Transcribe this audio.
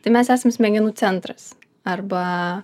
tai mes esam smegenų centras arba